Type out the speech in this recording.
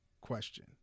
Question